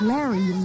Larry